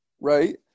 Right